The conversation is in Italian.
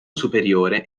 superiore